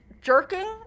jerking